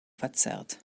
verzerrt